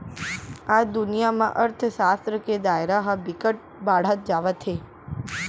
आज दुनिया म अर्थसास्त्र के दायरा ह बिकट बाड़हत जावत हे